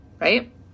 right